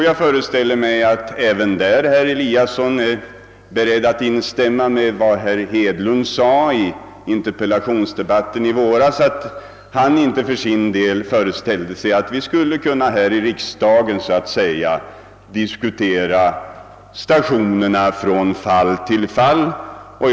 Jag föreställer mig att herr Eliasson även därvidlag är beredd att instämma med herr Hedlund i vad denne sade i interpellationsdebatten i denna fråga i våras, nämligen att han för sin del inte kunde föreställa sig, att vi här i riksdagen skulle kunna diskutera varje nedläggande av enstaka stationer.